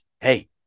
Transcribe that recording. Hey